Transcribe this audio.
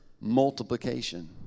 multiplication